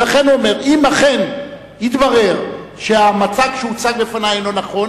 ולכן הוא אומר: אם אכן יתברר שהמצג שהוצג בפני אינו נכון,